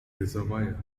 reservoir